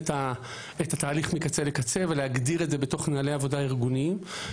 אני מסכים עם מה שנאמר פה על ידי קודמי,